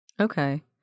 Okay